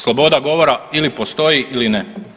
Sloboda govora ili postoji ili ne.